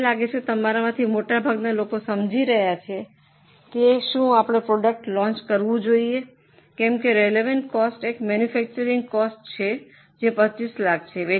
મને લાગે છે કે તમારામાંથી મોટાભાગના લોકો સમજી રહ્યા છે કે શું આપણે પ્રોડક્ટ લોન્ચ કરવું જોઈએ કેમ કે રેલવન્ટ કોસ્ટ એક મૈન્યફૈક્ચરિંગ કોસ્ટ છે જે 25 લાખ છે